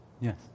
Yes